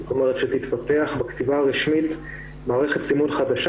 זאת אומרת שבכתיבה הרשמית תתפתח מערכת סימון חדשה